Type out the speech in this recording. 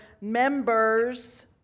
members